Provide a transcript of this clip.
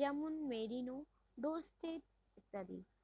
যেমন merino, Dorset ইত্যাদি